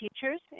teachers